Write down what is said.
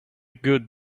good